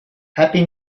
happy